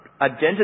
identity